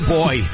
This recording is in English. boy